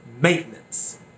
maintenance